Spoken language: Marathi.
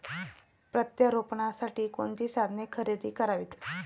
प्रत्यारोपणासाठी कोणती साधने खरेदी करावीत?